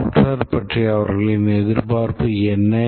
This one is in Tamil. software பற்றிய அவர்களின் எதிர்பார்ப்பு என்ன